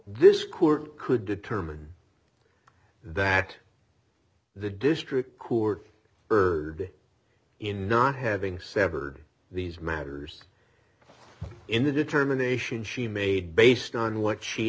this court could determine that the district court heard in not having severed these matters in the determination she made based on what she